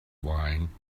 wine